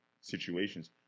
situations